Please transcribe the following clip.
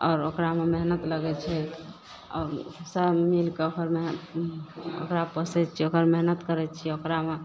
आओर ओकरामे मेहनत लगय छै आओर सब मिलकऽ ओकर ओकरा पोसय छियै ओकर मेहनत करय छियै ओकरामे